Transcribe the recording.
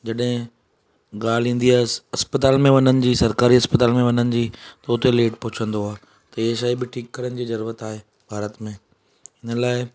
जॾहिं ॻाल्हि ईंदी आहे अस्पताल में वञण जी सरकारी अस्पताल में वञण जी त उते लेट पहुचंदो आहे त हीअ शइ बि ठीक करण जी ज़रूरत आहे भारत में इनिअ लाइ